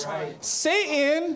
Satan